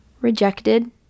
rejected